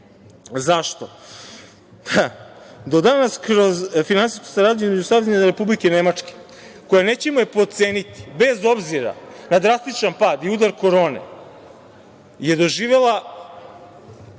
Zašto? Do danas kroz finansijsku saradnju između Savezne Republike Nemačke koja, nećemo je potceniti, bez obzira na drastičan pad i udar korone, je doživela